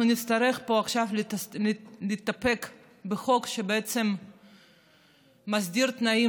אנחנו נצטרך פה עכשיו להסתפק בחוק שבעצם מסדיר תנאים